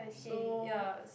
so